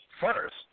first